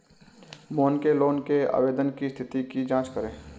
मोहन के लोन के आवेदन की स्थिति की जाँच करें